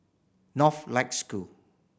Northlight School